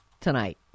tonight